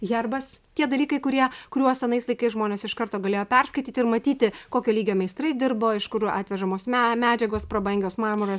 herbas tie dalykai kurie kuriuos anais laikais žmonės iš karto galėjo perskaityt ir matyti kokio lygio meistrai dirbo iš kur atvežamos me medžiagos prabangios marmuras